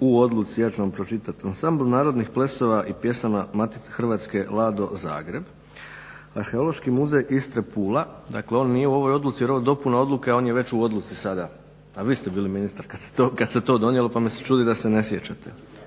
u odluci ja ću vam pročitati, Ansambl narodnih plesova i pjesama matice Hrvatske LADO Zagreb, Arheološki muzej Istre Pula, dakle on nije u ovoj odluci jer ovo je dopuna odluka a on je već u odluci sada a vi ste bili ministar kad se to donijelo pa me se čudi da se ne sjećate